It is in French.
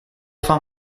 faim